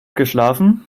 geschlafen